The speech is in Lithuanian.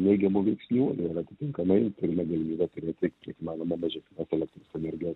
neigiamų veiksnių ir atitinkamai turime galimybę turėti kiek įmanoma mažesnes elektros energijos